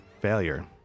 Failure